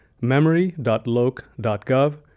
memory.loc.gov